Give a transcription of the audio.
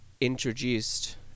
introduced